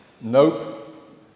nope